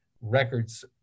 records